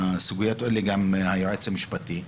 מהסוגיות האלה, גם היועץ המשפטי,